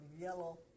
yellow